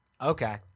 Okay